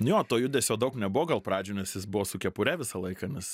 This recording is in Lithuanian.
nu jo to judesio daug nebuvo gal pradžioj nes jis buvo su kepure visą laiką nes